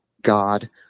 God